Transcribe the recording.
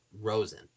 Rosen